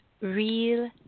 real